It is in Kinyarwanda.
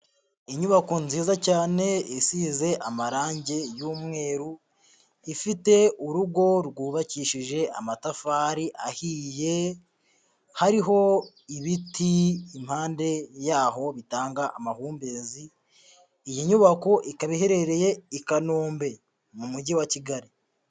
Inyubako nziza cyane, isize amarangi y'umweru, ifite urugo rwubakishije amatafari ahiye, hariho ibiti impande yaho bitanga amahumbezi, iyi nyubako ikaba iherereye i Kanombe mu mujyi wa Kigali.